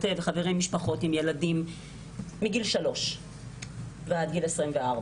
וחברים משפחות עם ילדים מגיל 3 ועד גיל 24,